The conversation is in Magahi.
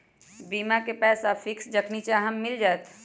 बीमा के पैसा फिक्स जखनि चाहम मिल जाएत?